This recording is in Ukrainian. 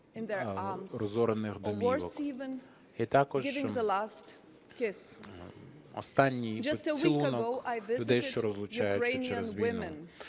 розорених домівок і також останній поцілунок людей, що розлучаються через війну.